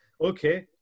okay